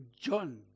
John